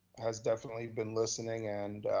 has definitely been listening and,